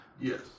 Yes